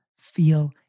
feel